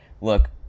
look